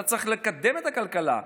אתה צריך לקדם את הכלכלה.